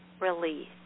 release